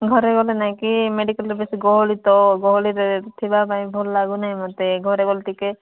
ଘରେ ଗଲେ ନାହିଁକି ମେଡ଼ିକାଲ୍ରେ ବେଶୀ ଗହଳିତ ଗହଳିରେ ଥିବାପାଇଁ ଭଲ ଲାଗୁନାହିଁ ମୋତେ ଘରେ ଗଲେ ଟିକେ